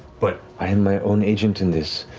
but i am my own agent in this,